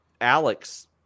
Alex